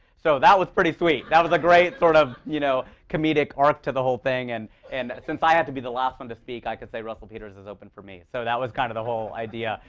so that was pretty sweet. that was a great sort of you know comedic arc to the whole thing. and and since i had to be the last one to speak, i could say russell peters has opened for me, so that was kind of the whole idea.